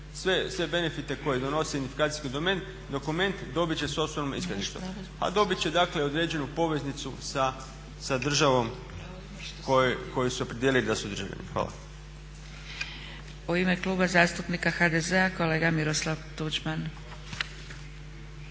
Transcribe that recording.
Sve benefite koje donosi identifikacijski dokument dobiti će sa osobnom iskaznicom. A dobiti će dakle određenu poveznicu sa državom u kojoj su se opredijelili da su državljani. Hvala.